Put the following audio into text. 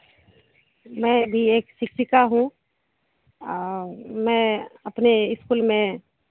मैं भी एक शिक्षिका हूँ और मैं अपने इस्कूल में